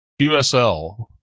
QSL